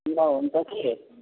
ल हुन्छ कि